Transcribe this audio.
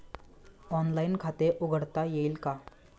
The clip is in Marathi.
ऑनलाइन खाते उघडता येईल का?